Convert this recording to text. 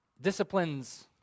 Disciplines